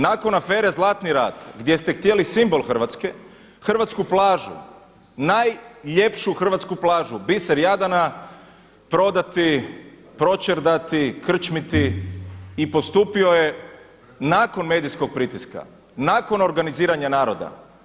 Nakon afere Zlatni rat gdje ste htjeli simbol Hrvatske, hrvatsku plaću, najljepšu hrvatsku plažu, biser Jadrana prodati, pročerdati, krčmiti i postupio je nakon medijskog pritiska, nakon organiziranja naroda.